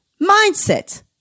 mindset